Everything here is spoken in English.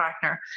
partner